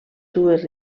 dues